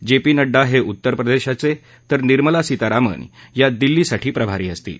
जे पी नङ्डा हे उत्तरप्रदेशचे तर निर्मला सीतारामन ह्या दिल्लीसाठी प्रभारी असतील